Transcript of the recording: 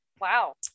wow